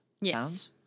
Yes